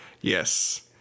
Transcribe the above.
Yes